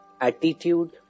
attitude